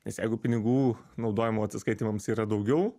nes jeigu pinigų naudojimo atsiskaitymams yra daugiau